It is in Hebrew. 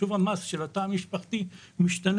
וחישוב המס של התא המשפחתי משתנה.